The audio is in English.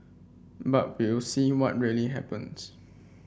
but we'll see what really happens